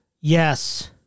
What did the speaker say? yes